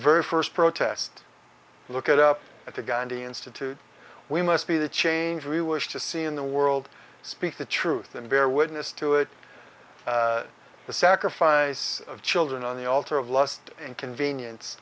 very first protest look at up at the gandhi institute we must be the change we wish to see in the world speak the truth and bear witness to it the sacrifice of children on the altar of lust and convenience